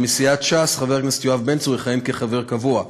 ומסיעת ש"ס חבר הכנסת יואב בן צור יכהן כחבר קבוע.